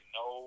no